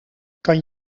kan